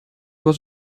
was